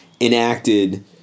enacted